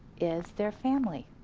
is their family.